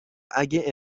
اگه